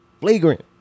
flagrant